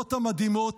מהיכולות המדהימות,